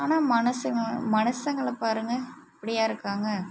ஆனால் மனுஷங்கள் மனுஷங்களை பாருங்கள் அப்படியா இருக்காங்க